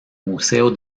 museo